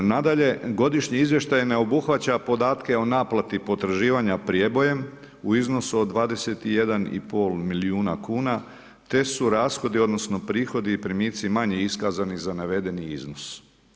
Nadalje, godišnji izvještaj ne obuhvaća podatke o naplati potraživanje prijebojem, u iznosu od 21,5 milijuna kn, te su rashodi, odnosno, prihodi i primici manje iskazani za navedeni iznos.